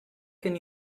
can